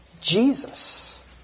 Jesus